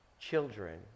children